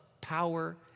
power